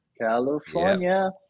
california